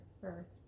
first